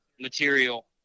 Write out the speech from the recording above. material